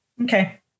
okay